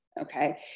okay